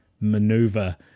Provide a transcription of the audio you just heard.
maneuver